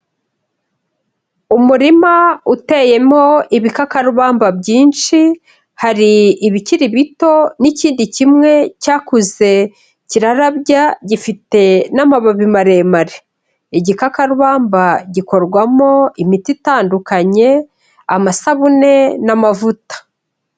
Umurima uteyemo ibikakarubamba byinshi, hari ibikiri bito n'ikindi kimwe cyakuze kirarabya, gifite n'amababi maremare. Igikakarubamba gikorwamo imiti itandukanye, amasabune n'amavuta.